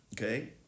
Okay